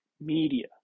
media